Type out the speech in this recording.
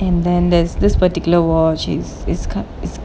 and then there's this particular watch is is